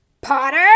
Potter